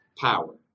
power